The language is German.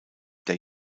der